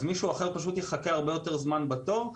אז מישהו אחר יחכה הרבה יותר זמן בתור.